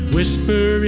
Whisper